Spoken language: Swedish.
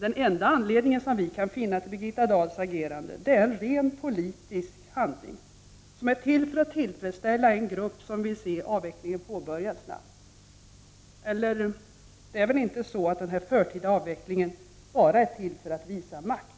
Den enda anledningen till Birgitta Dahls agerande som vi kan se är att det är en rent politisk handling som är till för att tillfredsställa en grupp som vill se avvecklingen påbörjas snabbt. Det är väl inte så att den här förtida avvecklingen bara är till för att man vill visa makt?